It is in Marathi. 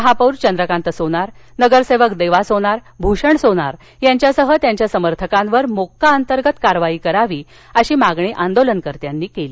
महापौर चंद्रकांत सोनार नगरसेवक देवा सोनार भूषण सोनार यांच्यासह त्यांच्या समर्थकांवर मोक्का अंतर्गत कारवाई करावी अशी मागणी आंदोलनकर्त्यांनी केली